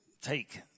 take